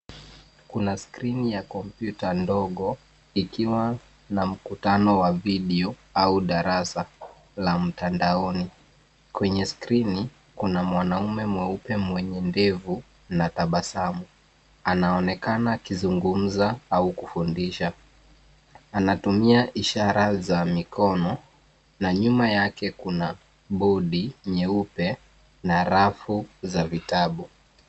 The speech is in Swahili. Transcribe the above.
Kuna skrini ya komyuta ndogo ikiwa na mkutano wa video au darasa la mtandaoni. Kwenye skrini kuna mwanaume mweupe mwenye ndevu na tabasamu. Anaonekana akizungumza au kufundisha. Anatumia ishara za mikono na nyuma yake kuna bodi nyeupe na rafu za vitabu.